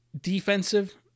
defensive